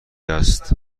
است